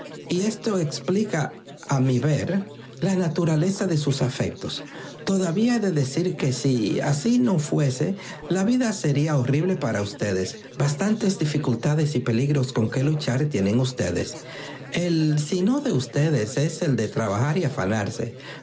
y esto explica a mi ver la naturaleza de sus afectos todavía he de decir que si así no fuese la vida sería horrible para ustedes bastantes dificultades y peligros con que luchar tienen ustedes el sino de ustedes es el de trabajar y afanarse